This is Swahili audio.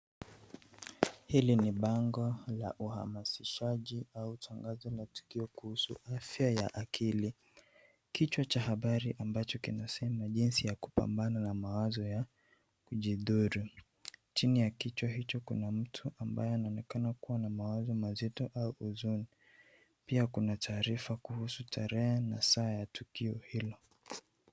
Hili ni bango la uhamasishaji au tangazo la tukio kuhusu afya ya akili ,kichwa cha habari ambacho kinasema jinsi ya kupambana na mawazo ya kujidhuru, chini ya kichwa hicho kuna mtu ambaye anaonekana kuwa na mawazo mazito au huzuni pia kuna taarifa kuhusu tarehe na saa ya tukio hilo.